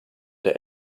der